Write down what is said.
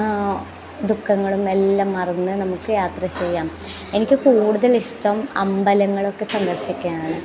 ദുഖങ്ങളും എല്ലാം മറന്ന് നമുക്ക് യാത്ര ചെയ്യാം എനിക്ക് കൂടുതൽ ഇഷ്ടം അമ്പലങ്ങളൊക്കെ സന്ദർശിക്കാനാണ്